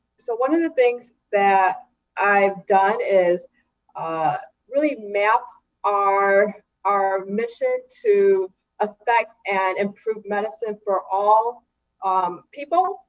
so one of the things that i've done is really map our our mission to affect and improve medicine for all um people,